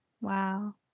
Wow